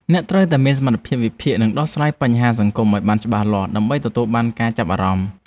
អ្នកត្រូវតែមានសមត្ថភាពវិភាគនិងដោះស្រាយបញ្ហាសង្គមឱ្យបានច្បាស់លាស់ដើម្បីទទួលបានការចាប់អារម្មណ៍។